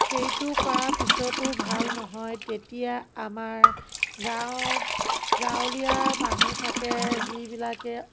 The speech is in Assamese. সেইটো কৰাৰ পিচতো ভাল নহয় তেতিয়া আমাৰ গাঁৱত গাঁৱলীয়া মানুহ থাকে যিবিলাকে